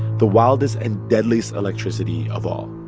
the wildest and deadliest electricity of all.